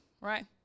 right